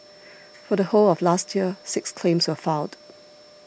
for the whole of last year six claims were filed